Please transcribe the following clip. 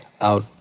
Out